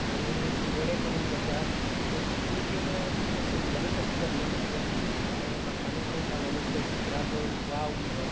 आनी जेणें करून जें आसा तें चित्रय बीन तितलें सुंदरच अशें जाल्लें मातशें कारण लोकांनी खूब जाणांनी ते चित्राक वाव दिलो